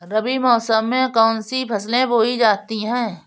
रबी मौसम में कौन कौन सी फसलें बोई जाती हैं?